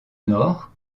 nord